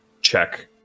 check